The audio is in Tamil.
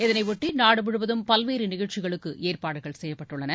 இதனையொட்டி நாடு முழுவதும் பல்வேறு நிகழ்ச்சிகளுக்கு ஏற்பாடுகள் செய்யப்பட்டுள்ளன